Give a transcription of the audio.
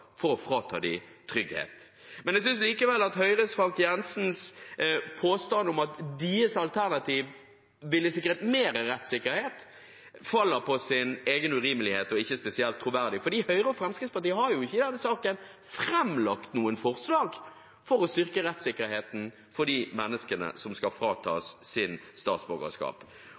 for å frata dem trygghet. Jeg synes likevel at Høyres Frank J. Jenssens påstand om at deres alternativ ville sikret mer rettssikkerhet, faller på sin egen urimelighet og ikke er spesielt troverdig, for Høyre og Fremskrittspartiet har jo ikke i denne saken framlagt noen forslag for å styrke rettssikkerheten til de menneskene som skal fratas sitt statsborgerskap.